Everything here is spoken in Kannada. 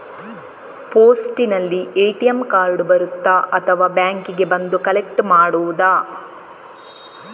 ಪೋಸ್ಟಿನಲ್ಲಿ ಎ.ಟಿ.ಎಂ ಕಾರ್ಡ್ ಬರುತ್ತಾ ಅಥವಾ ಬ್ಯಾಂಕಿಗೆ ಬಂದು ಕಲೆಕ್ಟ್ ಮಾಡುವುದು?